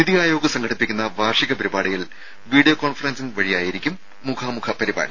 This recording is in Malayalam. നിതി ആയോഗ് സംഘടിപ്പിക്കുന്ന വാർഷിക പരിപാടിയിൽ വീഡിയോ കോൺഫറൻസിംഗ് വഴിയായിരിക്കും മുഖാമുഖ പരിപാടി